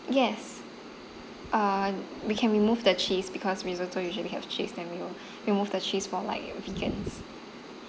yes uh we can remove the cheese because risotto usually have cheese then we will remove the cheese for like vegans